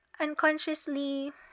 unconsciously